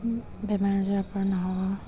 বেমাৰ আজাৰ পৰা নহ'ব